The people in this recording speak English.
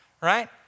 right